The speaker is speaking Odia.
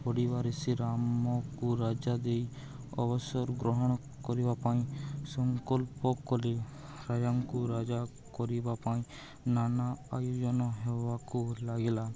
ପଡ଼ିବାରୁ ସେ ରାମକୁ ରାଜା ଦେଇ ଅବସର ଗ୍ରହଣ କରିବା ପାଇଁ ସଂକଳ୍ପ କଲେ ରାଜାଙ୍କୁ ରାଜା କରିବା ପାଇଁ ନାନା ଆୟୋଜନ ହେବାକୁ ଲାଗିଲା